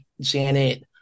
Janet